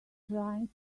trying